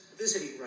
Visiting